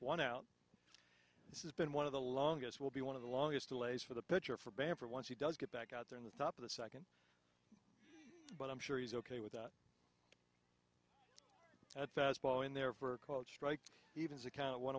one out this is been one of the longest will be one of the longest delays for the pitcher for bam for once he does get back out there in the top of the second but i'm sure he's ok with that fastball in there for a quote strike even